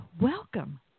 welcome